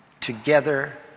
together